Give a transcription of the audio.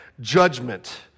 judgment